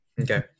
Okay